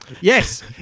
Yes